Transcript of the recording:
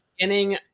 beginning